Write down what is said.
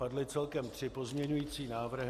Padly celkem tři pozměňující návrhy.